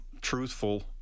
truthful